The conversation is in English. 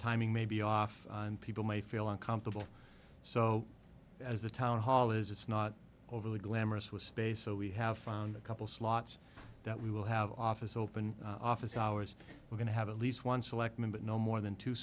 timing may be off and people may feel uncomfortable so as the town hall is it's not overly glamorous with space so we have found a couple slots that we will have office open office hours we're going to have at least one selectman but no more t